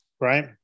right